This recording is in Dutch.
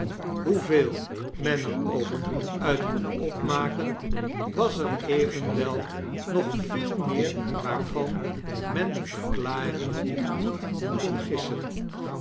hoeveel men er ook uit kon opmaken was er evenwel nog veel meer waarvan men de verklaring niet kon gissen